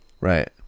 right